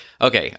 Okay